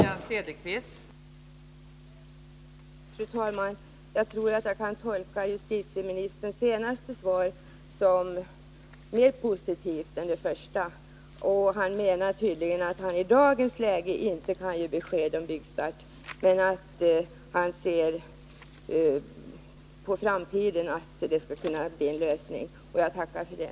Fru talman! Jag tror att jag kan tolka justitieministerns senaste svar som Torsdagen den mer positivt än det första. Han menar tydligen att han i dagens läge inte kan — 5 februari 1981 ge besked om byggstart men att det i närmaste framtiden skall kunna bli en